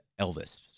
elvis